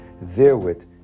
therewith